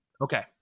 Okay